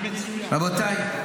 רבותיי,